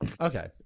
okay